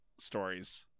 stories